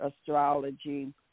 astrology